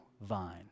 vine